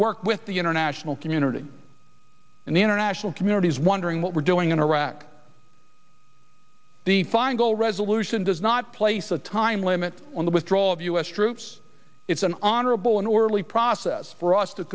work with the international community and the international community is wondering what we're doing in iraq the final resolution does not place a time limit on the withdrawal of u s troops it's an honorable and orderly process for us to